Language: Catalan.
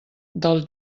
del